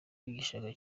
wigishaga